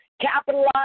capitalize